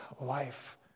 life